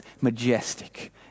majestic